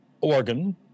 organ